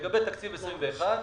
לגבי תקציב 2021,